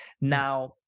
Now